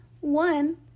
one